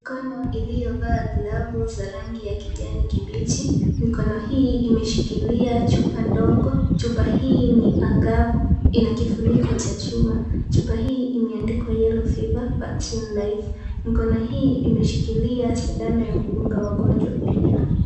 Mikono iliyo vaa glavu za rangi ya kijani kibichi mikono hii imeshikilia chupa ndogo, chupa hii ni angavu ina kifuniko cha chuma. Chupa hii imeandikwa yellow fever vaccine live . Mikono hii imeshikilia sindano ya kudunga wagonjwa pia.